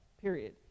period